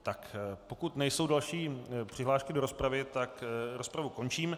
Tak pokud nejsou další přihlášky do rozpravy, tak rozpravu končím.